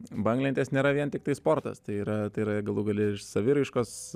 banglentės nėra vien tiktai sportas tai yra tai yra galų gale ir saviraiškos